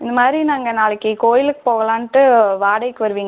இந்த மாதிரி நாங்கள் நாளைக்கு கோயிலுக்கு போகலான்ட்டு வாடகைக்கு வருவீங்களா